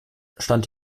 stand